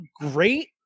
great